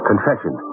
Confession